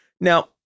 Now